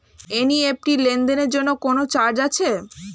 NEFT লেনদেনের জন্য কোন চার্জ আছে?